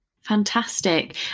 Fantastic